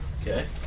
Okay